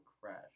crash